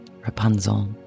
Rapunzel